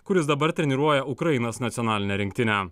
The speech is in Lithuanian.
kuris dabar treniruoja ukrainos nacionalinę rinktinę